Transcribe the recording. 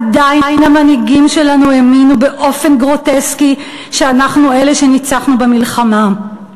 עדיין המנהיגים שלנו האמינו באופן גרוטסקי שאנחנו אלה שניצחנו במלחמה.